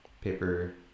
paper